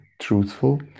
truthful